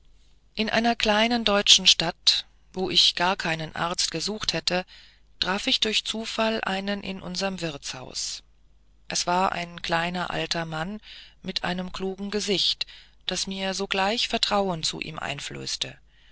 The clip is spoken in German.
in einer kleinen deutschen stadt wo ich gar keinen arzt gesucht hätte traf ich durch zufall einen in unserm wirtshaus es war ein kleiner alter mann mit einem klugen gesicht das mir sogleich vertrauen zu ihm einflößte